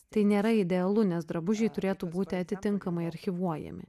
tai nėra idealu nes drabužiai turėtų būti atitinkamai archyvuojami